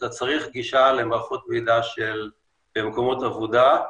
אתה צריך גישה למערכות מידע במקומות עבודה.